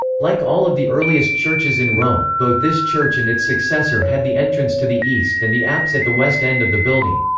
like all of the earliest churches in rome, both this church and its successor had the entrance to the east and the apse at the west end of the building.